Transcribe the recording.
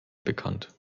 bekannt